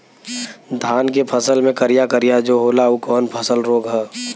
धान के फसल मे करिया करिया जो होला ऊ कवन रोग ह?